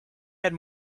had